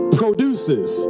produces